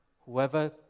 whoever